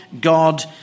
God